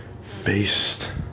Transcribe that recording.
faced